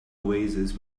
oasis